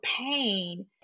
pain